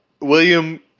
William